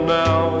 now